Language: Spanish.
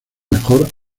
mejor